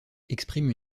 exprime